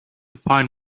find